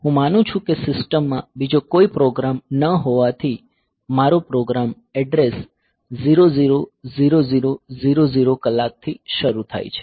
હું માનું છું કે સિસ્ટમ માં બીજો કોઈ પ્રોગ્રામ ન હોવાથી મારો પ્રોગ્રામ એડ્રેસ 0 0 0 0 0 0 કલાક થી શરૂ થાય છે